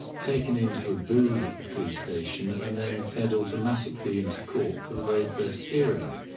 taken into a booth at the police station and then fed automatically into court for the very first hearing.